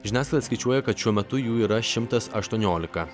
žiniasklaida skaičiuoja kad šiuo metu jų yra šimtas aštuoniolika